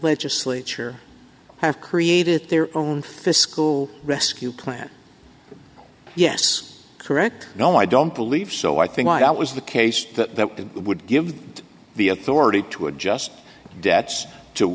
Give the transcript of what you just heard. legislature have created their own fiscal rescue plan yes correct no i don't believe so i think i was the case that it would give the authority to adjust debts to